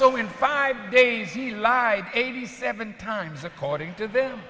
so in five days he lied eighty seven times according to th